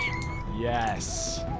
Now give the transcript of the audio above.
Yes